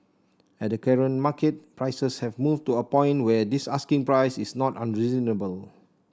at the current market prices have moved to a point where this asking price is not unreasonable